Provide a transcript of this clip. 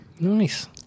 Nice